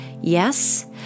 yes